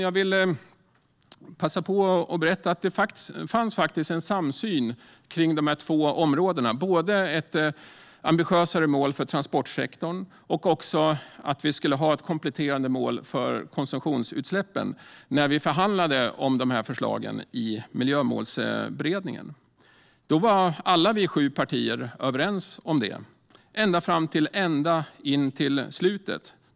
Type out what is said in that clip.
Jag vill passa på att berätta att det faktiskt fanns en samsyn om dessa båda områden. När vi i Miljömålsberedningen förhandlade fanns det ett ambitiösare mål för transportsektorn och ett förslag om ett kompletterande mål för konsumtionsutsläppen. Alla sju partier var överens om detta ända fram till slutet.